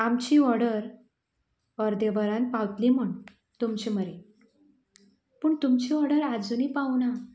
आमची ओर्डर अर्देवरान पावतली म्हण तुमचे मरेन पूण तुमची ओर्डर आजूनय पावूना